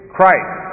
Christ